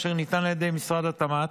אשר ניתן על ידי משרד התמ"ת,